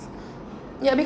ya be~